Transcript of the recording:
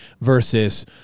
versus